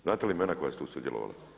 Znate li imena koja su tu sudjelovala?